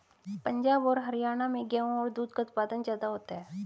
पंजाब और हरयाणा में गेहू और दूध का उत्पादन ज्यादा होता है